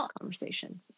conversation